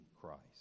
Christ